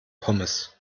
pommes